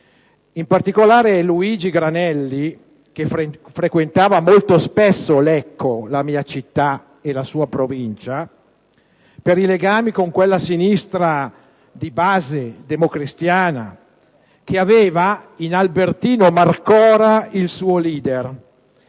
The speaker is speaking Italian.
In particolare, Luigi Granelli frequentava molto spesso Lecco - la mia città - e la sua provincia per i legami con quella Sinistra di Base democristiana che aveva in Albertino Marcora il suo leader.